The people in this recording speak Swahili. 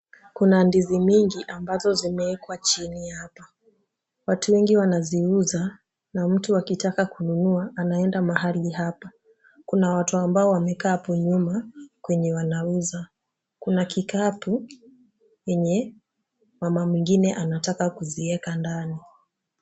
Kuna ndizi mingi ambazo zimeekwa chini hapa. Watu wengi wanaziuza na mtu akitaka kununua anaenda mahali hapa. Kuna watu ambao wamekaa hapo nyuma kwenye wanauza. Kuna kikapu yenye mama mwingine anataka kuzieka ndani.